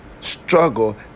struggle